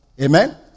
Amen